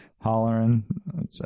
hollering